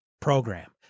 program